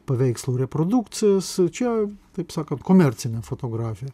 paveikslų reprodukcijas čia taip sakant komercinę fotografiją